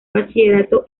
bachillerato